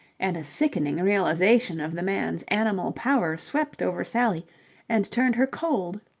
and a sickening realization of the man's animal power swept over sally and turned her cold.